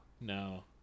No